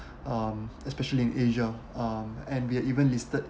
um especially in asia um and we're even listed